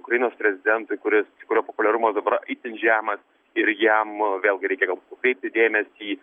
ukrainos prezidentui kuris kurio populiarums dabar itin žemas ir jam vėlgi reikia galbūt nukreipti dėmesį